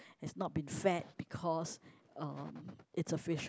has not been fed because um it's a fish